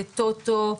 טוטו,